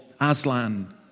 Aslan